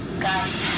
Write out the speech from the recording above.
guys,